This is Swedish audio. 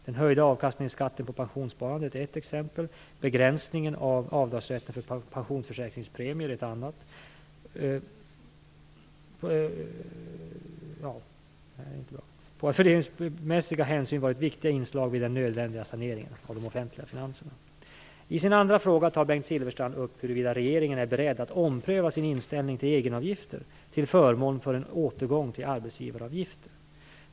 Den höjda avkastningsskatten på pensionssparande är ett exempel och begränsningen av avdragsrätten för pensionsförsäkringspremier ett annat på att fördelningsmässiga hänsyn varit viktiga inslag vid den nödvändiga saneringen av de offentliga finanserna. I sin andra fråga tar Bengt Silfverstrand upp huruvida regeringen är beredd att ompröva sin inställning till egenavgifter till förmån för en återgång till arbetsgivaravgifter.